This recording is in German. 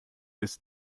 ist